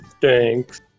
Thanks